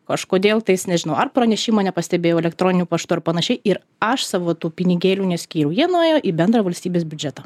kažkodėl tais nežinau ar pranešimo nepastebėjau elektroniniu paštu ar panašiai ir aš savo tų pinigėlių neskyriau jie nuėjo į bendrą valstybės biudžetą